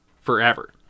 forever